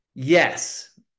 Yes